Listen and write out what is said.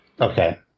Okay